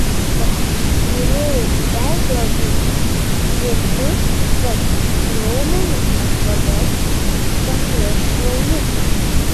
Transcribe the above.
pasižiūrėjau į veidrodį tvirtus petukų raumenis apvalias stangrias šlaunis